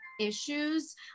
issues